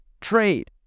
trade